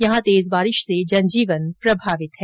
यहां तेज बारिश से जनजीवन प्रभावित है